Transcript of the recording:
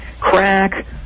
crack